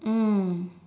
mm